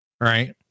right